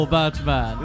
Batman